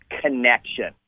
connection